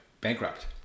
bankrupt